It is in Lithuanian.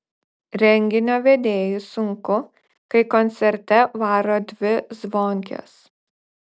renginio vedėjui sunku kai koncerte varo dvi zvonkės